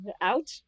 out